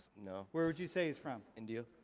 no. where would you say he's from? india.